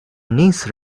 niece